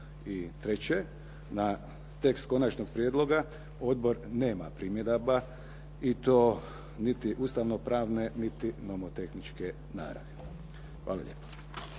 I treće, na tekst konačnog prijedloga odbor nema primjedaba i to niti ustavno pravne niti nomotehničke naravi. Hvala lijepo.